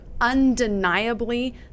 undeniably